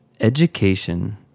Education